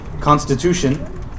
Constitution